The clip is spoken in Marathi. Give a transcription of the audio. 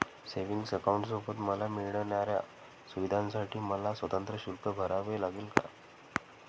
सेविंग्स अकाउंटसोबत मला मिळणाऱ्या सुविधांसाठी मला स्वतंत्र शुल्क भरावे लागेल का?